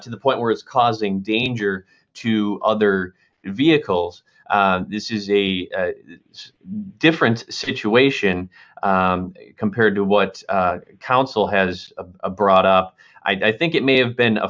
to the point where it's causing danger to other vehicles this is a different situation compared to what counsel has brought up i think it may have been a